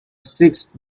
sixth